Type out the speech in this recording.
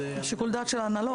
זה שיקול דעת של ההנהלות.